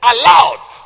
allowed